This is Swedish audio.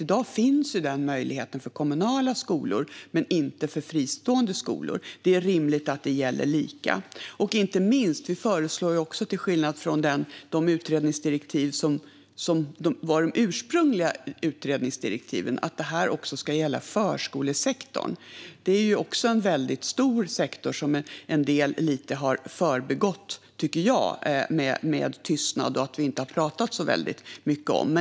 I dag finns den möjligheten för kommunala skolor men inte för fristående skolor. Det är rimligt att det ska gälla lika. Inte minst föreslår vi till skillnad från de ursprungliga utredningsdirektiven att det här också ska gälla förskolesektorn. Det är en väldigt stor sektor som en del har förbigått med tystnad och som jag tycker att vi inte har pratat så väldigt mycket om.